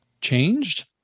changed